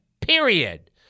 period